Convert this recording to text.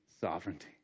sovereignty